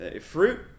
Fruit